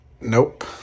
Nope